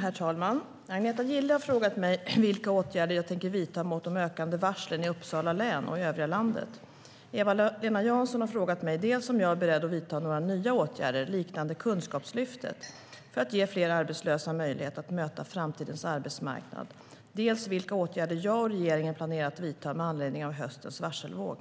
Herr talman! Agneta Gille har frågat mig vilka åtgärder jag tänker vidta mot de ökande varslen i Uppsala län och i övriga landet. Eva-Lena Jansson har frågat mig dels om jag är beredd att vidta några nya åtgärder, liknande Kunskapslyftet, för att ge fler arbetslösa möjlighet att möta framtidens arbetsmarknad, dels vilka åtgärder jag och regeringen planerar att vidta med anledning av höstens varselvåg.